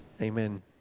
Amen